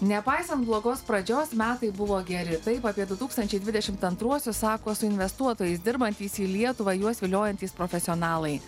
nepaisant blogos pradžios metai buvo geri taip apie du tūkstančiai dvidešimt antruosius sako su investuotojais dirbantys į lietuvą juos viliojantys profesionalai